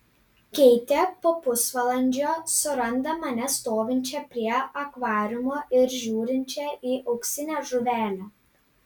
keitė po pusvalandžio suranda mane stovinčią prie akvariumo ir žiūrinčią į auksinę žuvelę